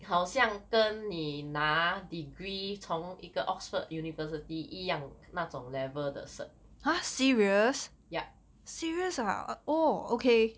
好像跟你拿 degree 同一个 oxford university 一样那种 level 的 cert yup